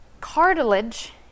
Cartilage